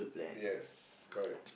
yes correct